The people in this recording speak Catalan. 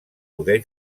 poder